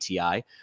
ATI